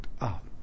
up